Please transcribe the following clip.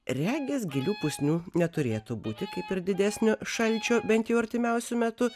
regis gilių pusnių neturėtų būti kaip ir didesnio šalčio bent jau artimiausiu metu